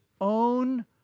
own